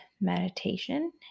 meditation